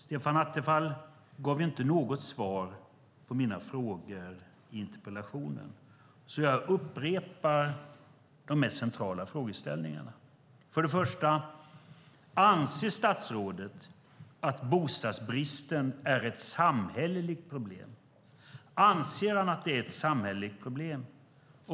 Stefan Attefall gav inte något svar på mina frågor i interpellationen, så jag upprepar de mest centrala frågeställningarna. För det första: Anser statsrådet att bostadsbristen är ett samhälleligt problem?